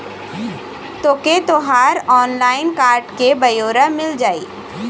तोके तोहर online card क ब्योरा मिल जाई